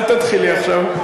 אל תתחילי עכשיו.